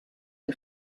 who